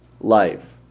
life